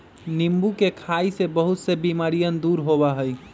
नींबू के खाई से बहुत से बीमारियन दूर होबा हई